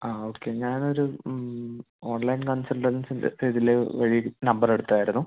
ആ ഓക്കേ ഞാൻ ഒരു ഓൺലൈൻ കൺസൾട്ടൻസിൻ്റെ ഇതില് വഴി നമ്പർ എടുത്തതായിരുന്നു